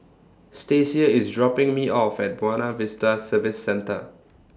Stasia IS dropping Me off At Buona Vista Service Centre